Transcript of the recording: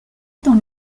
dans